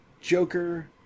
Joker